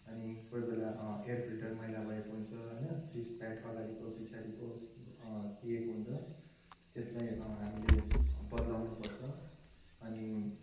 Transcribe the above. अनि कोही बेला एयर फिल्टर मैला भएको हुन्छ होइन डिस प्याड अगाडिको पछाडिको खिएको हुन्छ त्यसलाई हामीले बद्लाउनुपर्छ अनि